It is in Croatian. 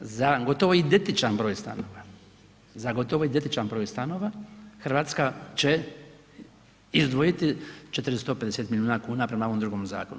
Za gotovo identičan broj stanova, za gotovo identičan broj stanova Hrvatska će izdvojiti 450 milijuna kuna prema ovom drugom zakonu.